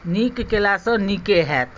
नीक कयलासँ नीके होयत